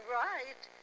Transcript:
right